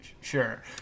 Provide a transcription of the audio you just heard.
Sure